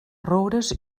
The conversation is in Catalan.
roures